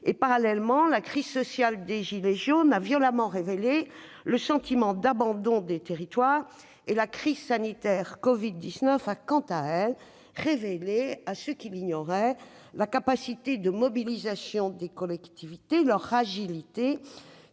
Parallèlement, la crise sociale des « gilets jaunes » a violemment révélé le sentiment d'abandon des territoires. Quant à la crise sanitaire du Covid-19, elle a révélé à ceux qui l'ignoraient la capacité de mobilisation des collectivités territoriales